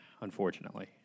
unfortunately